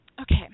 Okay